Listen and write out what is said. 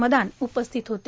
मदान उपस्थित होते